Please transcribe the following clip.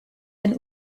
ein